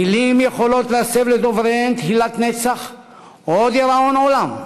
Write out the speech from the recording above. מילים יכולות להסב לדובריהן תהילת נצח או דיראון עולם,